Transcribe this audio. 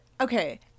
okay